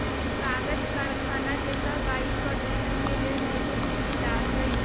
कागज करखना सभ वायु प्रदूषण के लेल सेहो जिम्मेदार हइ